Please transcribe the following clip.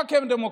רק הם דמוקרטים,